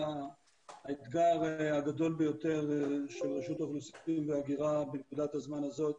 האתגר הגדול ביותר של רשות האוכלוסין וההגירה בנקודת הזמן הזאת,